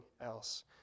else